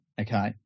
Okay